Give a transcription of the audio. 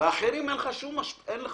ולאחרים אין לך שום דבר.